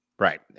Right